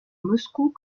moscou